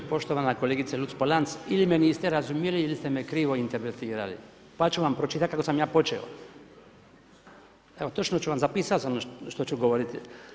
Poštovana kolegice Luc-Polanc, ili me niste razumjeli ili ste me krivo interpretirali, pa ću vam pročitati kako sam ja počeo, evo točno ću vam zapisao sam što ću govoriti.